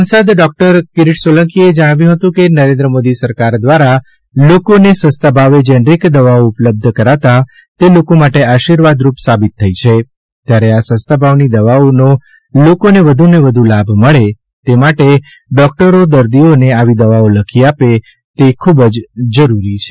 સાંસદ ડોક્ટર કિરીટ સોલંકીએ જણાવ્યું હતું કે નરેન્દ્ર મોદી સરકાર દ્વારા લોકોને સસ્તા ભાવે જેનરીક દવાઓ ઉપલબ્ધ કરાતાં તે લોકો માટે આશીર્વાદરૂપ સાબિત થઇ છે ત્યારે આ સસ્તાભાવના દવાનો લોકોને વધુને વધુ લાભ મળે તે માટે ડોક્ટરો દર્દીઓને આવી દવાઓ લખી આપે તે ખૂબ જ જરૂરી છે